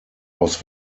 aus